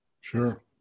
Sure